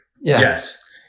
Yes